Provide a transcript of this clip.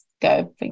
go